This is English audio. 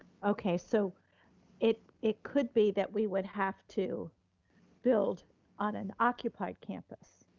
okay, so it it could be that we would have to build on an occupied campus.